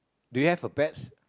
do you have a pets